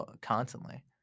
constantly